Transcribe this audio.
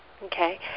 Okay